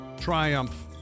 Triumph